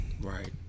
Right